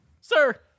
sir